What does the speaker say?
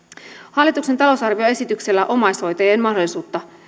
hallituksen talousarvioesityksellä omaishoitajien mahdollisuutta